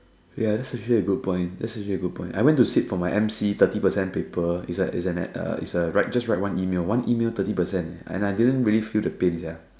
ya that's actually a good point that's actually a good point I went to sit for my M_C thirty percent paper it's an it's a write just one email one email thirty percent eh and I didn't really feel the pain sia